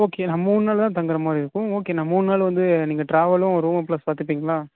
okay நான் மூணு நாள் தான் தங்குகிற மாதிரி இருக்கும் ஓகே நான் மூணு நாள் வந்து நீங்கள் ட்ராவலும் ரூமும் ப்ளஸ் பார்த்துப்பீங்களா